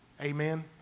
Amen